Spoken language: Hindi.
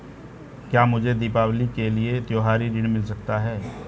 क्या मुझे दीवाली के लिए त्यौहारी ऋण मिल सकता है?